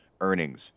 Earnings